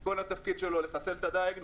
שכל התפקיד שלו לחסל את הדייג,